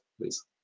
please